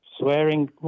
swearing